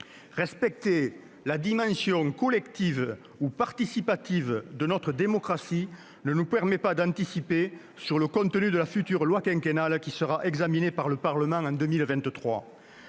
Respecter la dimension consultative ou participative de notre démocratie ne nous permet pas d'anticiper le contenu de la future loi quinquennale, examinée par le Parlement en 2023.